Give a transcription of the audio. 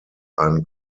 ein